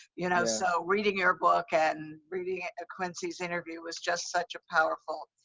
you know? so, reading your book and reading quincy's interview was just such a powerful,